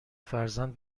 فرزند